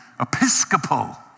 Episcopal